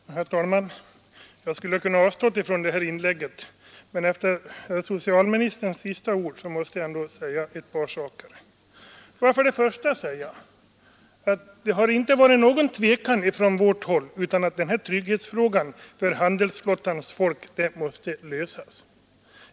Herr talman! Jag skulle ha kunnat avstå från detta inlägg, men efter socialministerns senaste ord måste jag få säga ett par saker. Får jag först och främst säga att det inte råder någon tvekan från vårt håll om att denna trygghetsfråga för handelsflottans folk måste lösas.